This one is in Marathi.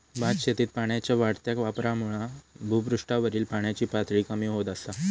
भातशेतीत पाण्याच्या वाढत्या वापरामुळा भुपृष्ठावरील पाण्याची पातळी कमी होत असा